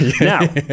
Now